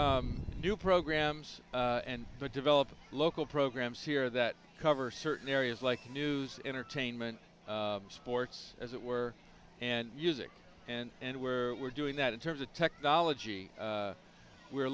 new programs and develop local programs here that cover certain areas like news entertainment sports as it were and music and where we're doing that in terms of technology we're